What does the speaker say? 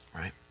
right